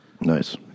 Nice